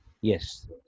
Yes